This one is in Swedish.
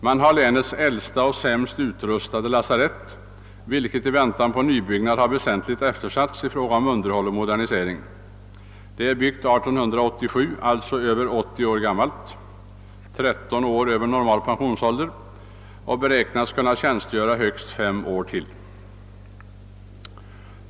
Man har länets äldsta och sämst utrustade lasarett, vilket i väntan på nybyggnad har väsentligt eftersatts i fråga om underhåll och modernisering. Det är byggt 1887 och är alltså över 80 år gammalt — 13 år över normal pensionsålder. Det beräknas kunna tjänstgöra högst fem år till.